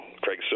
Craig